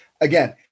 Again